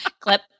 Clip